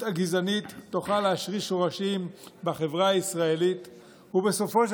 הגזענית תוכל להשריש שורשים בחברה הישראלית ובסופו של